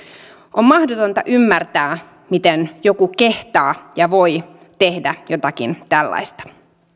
on mahdotonta ymmärtää miten joku kehtaa ja voi tehdä jotakin tällaista